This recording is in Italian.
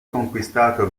conquistato